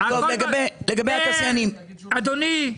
תודה, תודה.